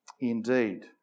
indeed